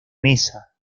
mesa